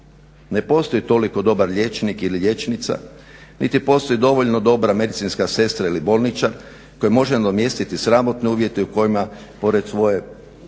Ne postoji toliko dobar liječnik ili liječnica niti postoji dovoljno dobra medicinska sestra ili bolničar koji može nadomjestiti sramotne uvjete u kojima pred svoje